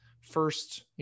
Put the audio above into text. first